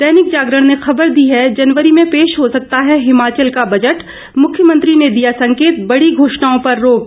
दैनिक जागरण ने खबर दी है जनवरी में पेश हो सकता है हिमाचल का बजट मुख्यमंत्री ने दिया संकेत बडी घोषणाओं पर रोक